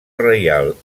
reial